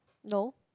no